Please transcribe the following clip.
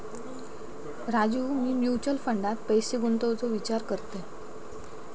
राजू, मी म्युचल फंडात पैसे गुंतवूचो विचार करतय